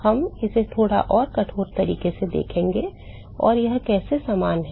हम इसे थोड़ा और कठोर तरीके से देखेंगे कि यह कैसे समान है